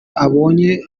abonye